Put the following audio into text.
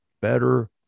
better